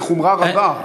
בחומרה רבה,